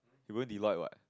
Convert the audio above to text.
you going Deloitte what